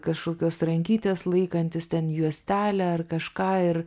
kažkokios rankytės laikantis ten juostelę ar kažką ir